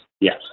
yes